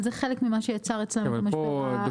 אבל זה חלק ממה שיצר אצלם את המשבר הכלכלי.